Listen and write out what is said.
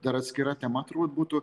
dar atskira tema turbūt būtų